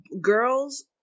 girls